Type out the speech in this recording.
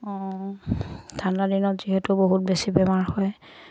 ঠাণ্ডা দিনত যিহেতু বহুত বেছি বেমাৰ হয়